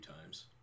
times